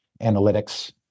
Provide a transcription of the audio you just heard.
analytics